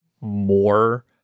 more